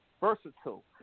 versatile